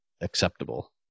acceptable